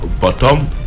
bottom